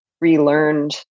relearned